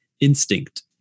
instinct